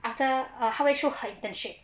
after err halfway through her internship